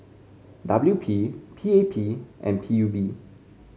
W P P A P and P U B